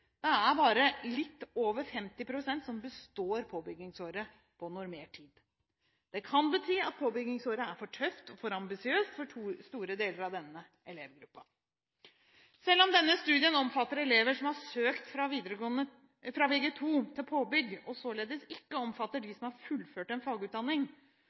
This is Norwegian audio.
Det er bare litt over 50 pst. som består påbyggingsåret på normert tid. Det kan bety at påbyggingsåret er for tøft og for ambisiøst for store deler av denne elevgruppen. Selv om denne studien omfatter elever som har søkt fra Vg2 til påbygg, og således ikke omfatter dem som har fullført en fagutdanning,